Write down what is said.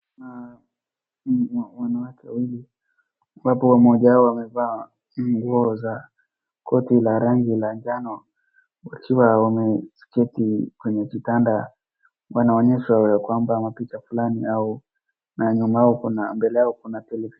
Kuna ni wananwake waiwili ambapo mmoja wao amevaa nguo za koti la rangi la njano, wakiwa wameketi kwenye kitanda wanaonyeshwa ya kwamba mapicha fulani au na nyuma yao kuna, mbele yao kuna televisheni.